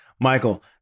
Michael